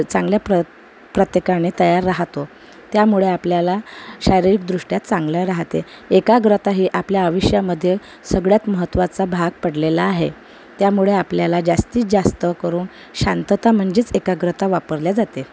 चांगल्या प्र प्रत्येकाने तयार राहतो त्यामुळे आपल्याला शारीरिकदृष्ट्या चांगलं राहते एकाग्रता हे आपल्या आयुष्यामध्ये सगळ्यात महत्वाचा भाग पडलेला आहे त्यामुळे आपल्याला जास्तीतजास्त करून शांतता म्हणजेच एकाग्रता वापरल्या जाते